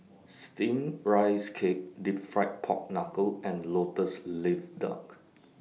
Steamed Rice Cake Deep Fried Pork Knuckle and Lotus Leaf Duck